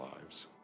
lives